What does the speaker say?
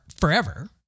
forever